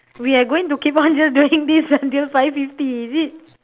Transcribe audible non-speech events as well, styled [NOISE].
we are going to keep on just [LAUGHS] doing this until five fifty is it